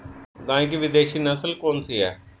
गाय की विदेशी नस्ल कौन सी है?